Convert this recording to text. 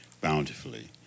bountifully